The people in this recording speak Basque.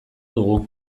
dugu